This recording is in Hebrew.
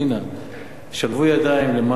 שלבו ידיים למען העובדים בישראל,